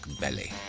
belly